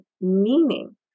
meaning